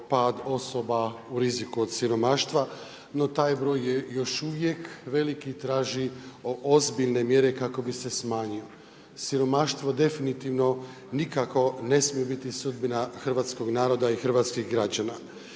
pad osoba u riziku od siromaštva, no taj broj je još uvijek veliki i traži ozbiljne mjere, kako bi se smanjilo. Siromaštvo definitivno nikako ne smije biti sudbina hrvatskog naroda i hrvatskih građana.